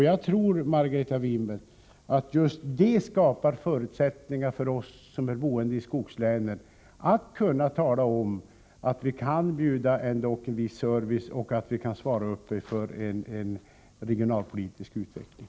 Jag tror, Margareta Winberg, att just det skapar förutsättningar för oss som är boende i skogslänen att kunna tala om att vi ändock kan bjuda en viss service och att vi kan svara för en regionalpolitisk utveckling.